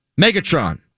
Megatron